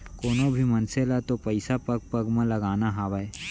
कोनों भी मनसे ल तो पइसा पग पग म लगाना हावय